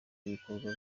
ibikorwa